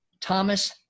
Thomas